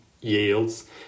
yields